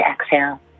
exhale